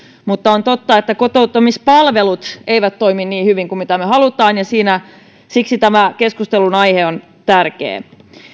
mutta on totta että kotouttamispalvelut eivät toimi niin hyvin kuin me haluamme ja siksi tämä keskustelunaihe on tärkeä